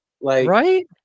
Right